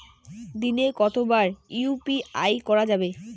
দিনে কতবার ইউ.পি.আই করা যাবে?